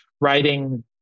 writing